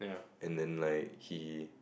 and then like he